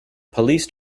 police